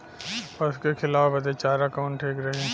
पशु के खिलावे बदे चारा कवन ठीक रही?